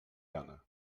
gana